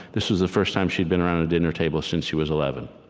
this was the first time she'd been around a dinner table since she was eleven.